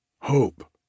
Hope